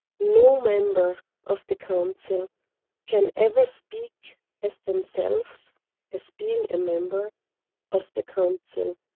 no member of the council can ever speak as themselves as being a member of the council,